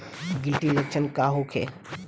गिलटी के लक्षण का होखे?